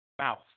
mouth